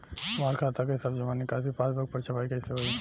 हमार खाता के सब जमा निकासी पासबुक पर छपाई कैसे होई?